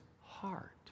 heart